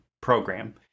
program